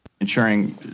Ensuring